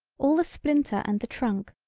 all the splinter and the trunk,